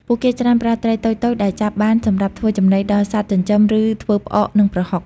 ពួកគេច្រើនប្រើ ត្រីតូចៗ ដែលចាប់បានសម្រាប់ធ្វើចំណីដល់សត្វចិញ្ចឹម ឬធ្វើផ្អក និង ប្រហុក។